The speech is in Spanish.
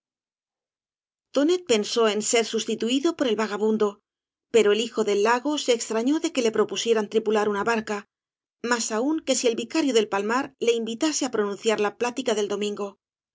tonet pensó en ser sustituido por ej vagabundo pero el hijo del lago se extrañó de que le propusieran tripular una barca más aún que si el vicario del palmar le invitase á pronunciar la plática del domingo